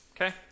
Okay